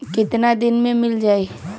कितना दिन में मील जाई?